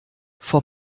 vor